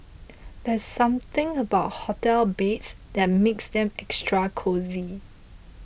there's something about hotel beds that makes them extra cosy